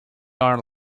are